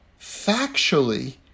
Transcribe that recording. factually